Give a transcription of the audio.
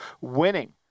winning